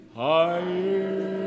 higher